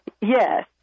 Yes